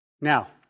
Now